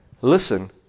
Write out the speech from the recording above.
Listen